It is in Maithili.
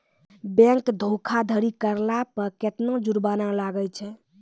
बैंक धोखाधड़ी करला पे केतना जुरमाना लागै छै?